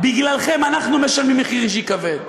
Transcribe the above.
בגללכם אנחנו משלמים מחיר אישי כבד.